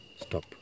stop